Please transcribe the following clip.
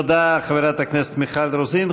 תודה, חברת הכנסת מיכל רוזין.